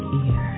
ear